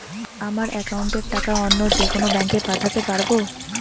আমার একাউন্টের টাকা অন্য যেকোনো ব্যাঙ্কে পাঠাতে পারব?